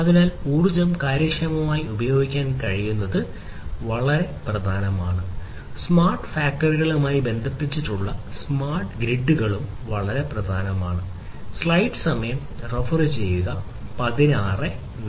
അതിനാൽ ഊർജ്ജം കാര്യക്ഷമമായി ഉപയോഗിക്കാൻ കഴിയുന്നത് വളരെ പ്രധാനമാണ് സ്മാർട്ട് ഫാക്ടറികളുമായി ബന്ധിപ്പിച്ചിട്ടുള്ള സ്മാർട്ട് ഗ്രിഡുകൾ വളരെ പ്രധാനമാണ്